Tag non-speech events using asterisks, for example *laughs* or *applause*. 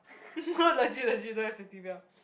*laughs* legit legit don't have safety belt